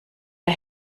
der